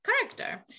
character